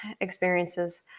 experiences